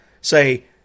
say